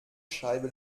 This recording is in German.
scheibe